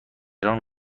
تهران